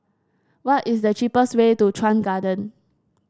what is the cheapest way to Chuan Garden